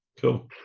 cool